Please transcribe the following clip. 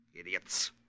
Idiots